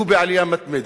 שהוא בעלייה מתמדת,